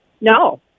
No